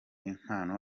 impano